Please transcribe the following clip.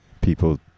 people